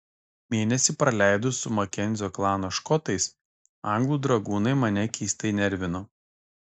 mėnesį praleidus su makenzio klano škotais anglų dragūnai mane keistai nervino